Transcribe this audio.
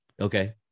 okay